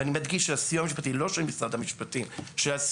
ואני מדגיש לא של משרד המשפטים אלא של